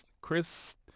Chris